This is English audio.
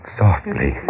softly